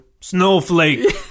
snowflake